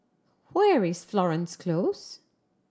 where is Florence Close